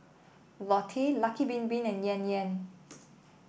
Lotte Lucky Bin Bin and Yan Yan